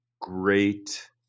great